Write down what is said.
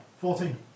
Fourteen